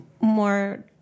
more